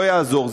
לא יעזור,